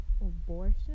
abortion